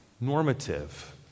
Normative